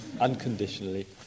unconditionally